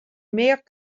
meilleure